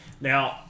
Now